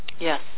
Yes